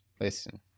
Listen